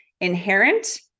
inherent